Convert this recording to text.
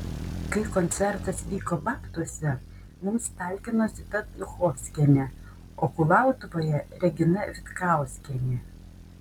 kai koncertas vyko babtuose mums talkino zita duchovskienė o kulautuvoje regina vitkauskienė